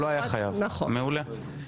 מעולה.